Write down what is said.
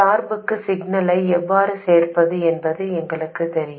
சார்புக்கு சிக்னலை எவ்வாறு சேர்ப்பது என்பது எங்களுக்குத் தெரியும்